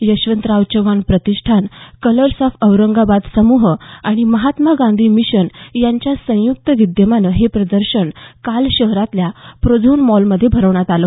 यशवंतराव चव्हाण प्रतिष्ठान colours of Aurangabad समूह आणि महात्मा गांधी मिशन यांच्या संयुक्त विद्यमानं हे प्रदर्शन काल शहरातल्या प्रोझोन मॉलमध्ये भरवण्यात आलं